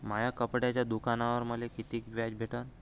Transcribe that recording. माया कपड्याच्या दुकानावर मले कितीक व्याज भेटन?